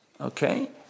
Okay